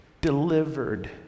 delivered